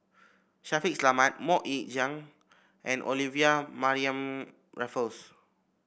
Shaffiq Selamat MoK Ying Jang and Olivia Mariamne Raffles